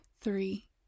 three